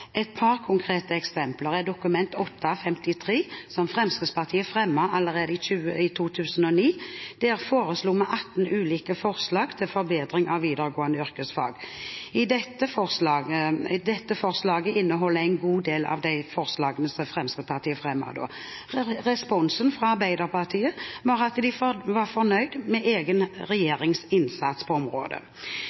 Dokument 8:53 for 2008–2009. Der la vi fram 18 ulike forslag til forbedring av videregående yrkesfag. Forslaget i dag inneholder en god del av de forslagene Fremskrittspartiet fremmet da. Responsen fra Arbeiderpartiet var at de var fornøyd med egen regjerings innsats på området.